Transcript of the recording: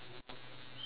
why not